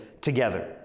together